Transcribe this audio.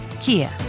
Kia